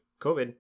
COVID